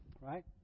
right